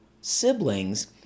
siblings